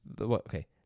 okay